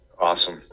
Awesome